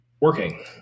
working